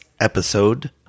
episode